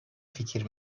fikir